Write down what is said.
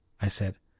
i said.